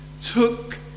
took